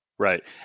Right